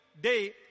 day